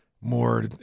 more